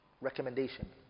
Recommendation